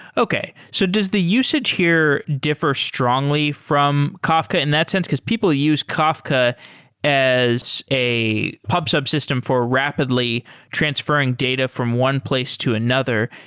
okay. so does the usage here differ strongly from kafka in that sense? because people use kafka as a pub sub system for rapidly transferring data from one place to another.